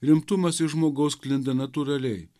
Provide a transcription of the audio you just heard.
rimtumas iš žmogaus sklinda natūraliai